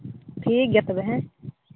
ᱴᱷᱤᱠ ᱜᱮᱭᱟ ᱛᱚᱵᱮ ᱦᱮᱸ